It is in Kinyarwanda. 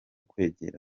kwegera